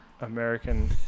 American